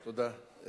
תודה.